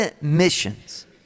missions